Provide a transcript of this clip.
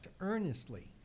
earnestly